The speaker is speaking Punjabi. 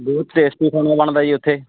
ਬਹੁਤ ਟੇਸਟੀ ਖਾਣਾ ਬਣਦਾ ਜੀ ਉੱਥੇ